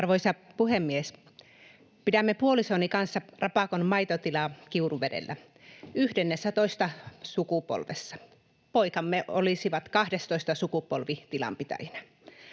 Arvoisa puhemies! Pidämme puolisoni kanssa Rapakon maitotilaa Kiuruvedellä, 11. sukupolvessa. Poikamme olisivat 12. sukupolvi tilanpitäjinä.